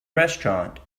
restaurant